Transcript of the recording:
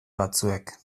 batzuek